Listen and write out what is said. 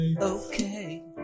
Okay